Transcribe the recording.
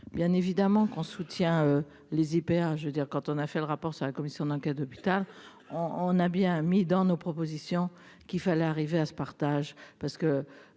bien évidemment qu'on soutient les hyper, je veux dire quand on a fait le rapport sur la commission d'enquête d'hôpital on on a bien mis dans nos propositions, qu'il fallait arriver à ce partage